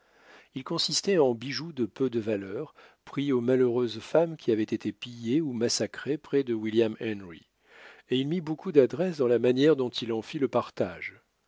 ils consistaient en bijoux de peu de valeur pris aux malheureuses femmes qui avaient été pillées ou massacrées près de william henry et il mit beaucoup d'adresse dans la manière dont il en fit le partage